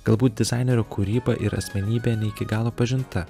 galbūt dizainerio kūryba ir asmenybė ne iki galo pažinta